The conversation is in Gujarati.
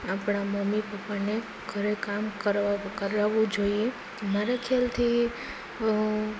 આપણાં મમ્મી પપ્પાને પણ ઘરે કામ કરવા કરાવવું જોઈએ તો